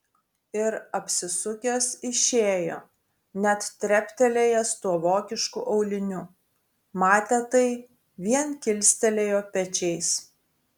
ir apsisukęs išėjo net treptelėjęs tuo vokišku auliniu matę tai vien kilstelėjo pečiais